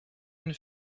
une